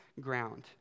ground